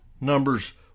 Numbers